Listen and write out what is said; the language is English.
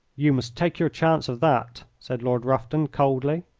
you must take your chance of that, said lord rufton, coldly.